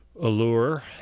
allure